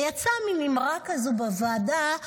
ויצאה מן אמירה כזאת בוועדה,